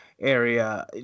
area